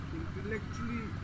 intellectually